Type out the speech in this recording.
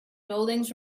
buildings